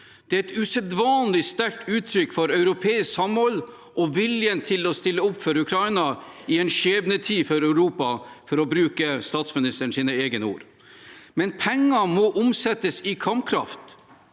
Det er et usedvanlig sterkt uttrykk for europeisk samhold og vilje til å stille opp for Ukraina i en skjebnetid for Europa, for å bruke statsministerens egne ord. Men penger må omsettes i kampkraft.